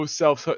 self